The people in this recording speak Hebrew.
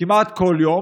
כמעט כל יום,